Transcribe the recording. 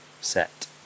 set